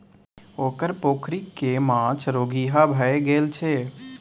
ओकर पोखरिक माछ रोगिहा भए गेल छै